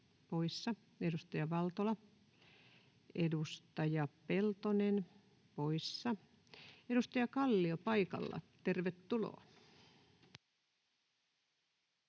Edustaja Valtola, edustaja Peltonen, poissa. — Edustaja Kallio, paikalla. Tervetuloa!